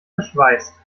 geschweißt